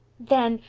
then,